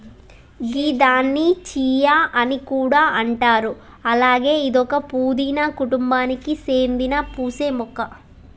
గిదాన్ని చియా అని కూడా అంటారు అలాగే ఇదొక పూదీన కుటుంబానికి సేందిన పూసే మొక్క